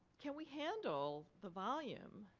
can we handle the volume?